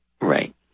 Right